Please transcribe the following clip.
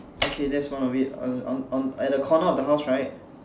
okay that's one of it uh on on at the corner of the house right